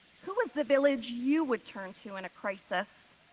who was the village you would turn to in a crisis?